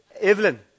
Evelyn